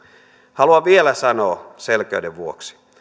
haluan vielä sanoa selkeyden vuoksi